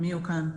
אני הן יהיו כאן.